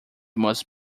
must